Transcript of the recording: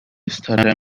estará